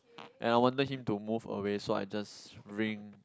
and I wanted him to move away so I just ring